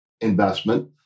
investment